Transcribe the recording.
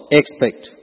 expect